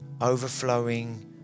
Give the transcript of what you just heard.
overflowing